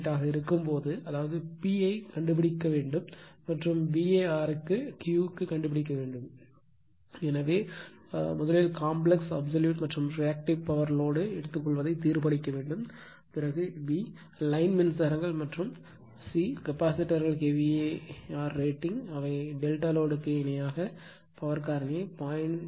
8 ஆக இருக்கும்போது அதாவது இங்கே P ஐக் கண்டுபிடிக்க வேண்டும் மற்றும் VA r க்கு Q ஐக் கண்டுபிடிக்க வேண்டும் எனவே முதலில் காம்பிளக்ஸ் அப்ஸலுட் மற்றும் ரியாக்ட்டிவ் பவர் லோடு எடுத்துக்கொள்வதை தீர்மானிக்க வேண்டும் மற்றும் b லைன் மின்சாரங்கள் மற்றும் c கெபாசிட்டர்கள் kVAr ரேட்டிங் அவை டெல்டா லோடுக்கு இணையாக பவர் காரணியை 0